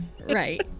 Right